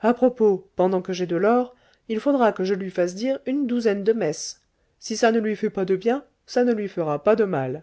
a propos pendant que j'ai de l'or il faudra que je lui fasse dire une douzaine de messes si ça ne lui fait pas de bien ça ne lui fera pas de mal